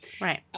Right